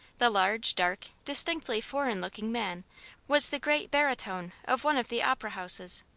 the large, dark, distinctly-foreign looking man was the great baritone of one of the opera houses.